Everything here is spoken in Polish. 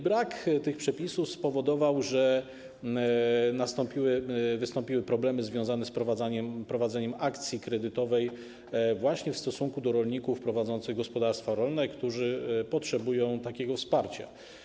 Brak tych przepisów spowodował, że wystąpiły problemy związane z prowadzeniem akcji kredytowej właśnie w stosunku do rolników prowadzących gospodarstwa rolne, którzy potrzebują takiego wsparcia.